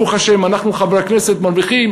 ברוך השם, אנחנו, חברי הכנסת, מרוויחים